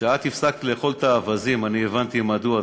כשאת הפסקת לאכול כבד אווזים, אני הבנתי מדוע.